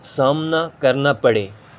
سامنا کرنا پڑے